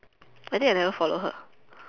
I think I never follow her